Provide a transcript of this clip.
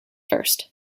first